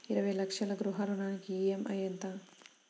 ఇరవై లక్షల గృహ రుణానికి ఈ.ఎం.ఐ ఎంత?